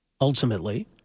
ultimately